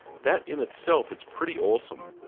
that, in itself, it's pretty awesome.